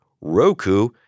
Roku